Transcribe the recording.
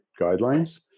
guidelines